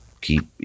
keep